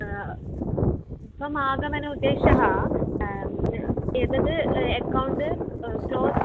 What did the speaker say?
समागमन उद्देशः एतत् account close